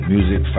Music